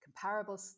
comparable